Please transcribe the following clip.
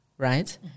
right